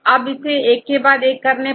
अब इसे एक के बाद एक करने पर